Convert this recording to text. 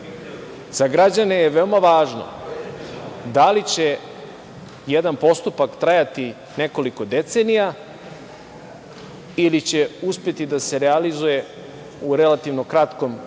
za građane je veoma važno da li će jedna postupak trajati nekoliko decenija ili će uspeti da se realizuje u relativno kratkom vremenskom